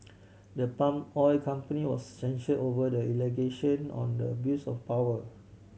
the palm oil company was censure over the allegation on the abuse of power